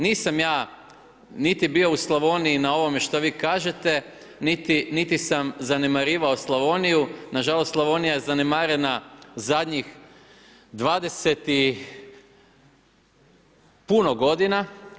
Nisam ja niti bio u Slavoniji na ovome što vi kažete, niti sam zanemarivao Slavoniju, nažalost Slavonija je zanemariva zadnjih 20 i puno godina.